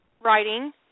writing